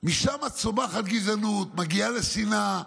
משם צומחת גזענות, מגיעה לשנאה,